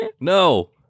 No